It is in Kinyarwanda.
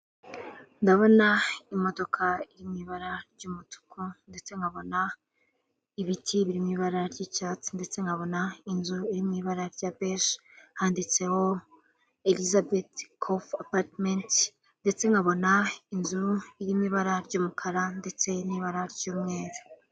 Ndabona imodoka y'ibara ry'umutuku, ndetse nkabona ibiti biri mu ibara ry'icyatsi, ndetse nkabona inzu iri mu ibara rya beje, handitseho elizabefu cofu apatimenti, ndetse nkabona inzu irimo ibara ry'umukara, ndetse n'ibara ry'umweru.